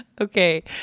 Okay